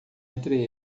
entre